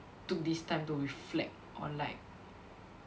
took this time to reflect on like